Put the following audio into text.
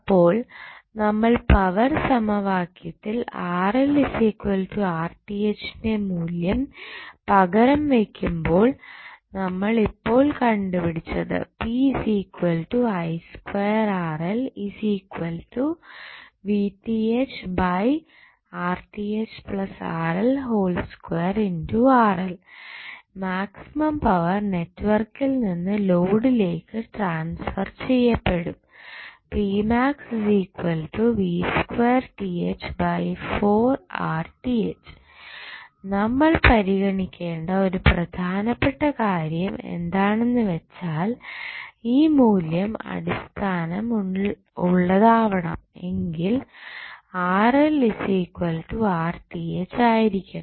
അപ്പോൾ നമ്മൾ പവർ സമവാക്യത്തിൽ ന്റെ മൂല്യം പകരം വയ്ക്കുമ്പോൾ നമ്മൾ ഇപ്പോൾ കണ്ടുപിടിച്ചത് മാക്സിമം പവർ നെറ്റ്വർക്കിൽ നിന്ന് ലോഡിലേക്ക് ട്രാൻസ്ഫർ ചെയ്യപ്പെടുന്നത് നമ്മൾ പരിഗണിക്കേണ്ട ഒരു പ്രധാനപ്പെട്ട കാര്യം എന്താണെന്ന് വെച്ചാൽ ഈ മൂല്യം അടിസ്ഥാനം ഉള്ളതാവണം എങ്കിൽ ആയിരിക്കണം